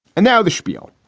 and now the spiel.